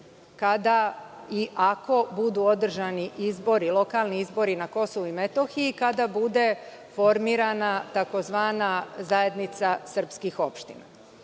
kada i ako budu održani lokalni izbori na Kosovu i Metohiji i kada bude formirana tzv. zajednica srpskih opština? Što